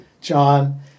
John